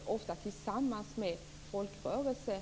- ofta tillsammans med folkrörelserna.